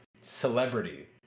celebrity